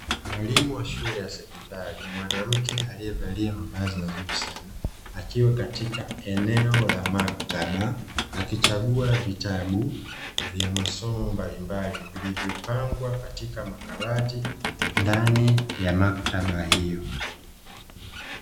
Mwalimu wa shule ya sekondari mwanamke aliyevalia mavazi mazuri sana, akiwa katika eneo la maktaba akichagua vitabu vya masomo mbalimbali vilivyopangwa katika makabati ndani ya maktaba hiyo.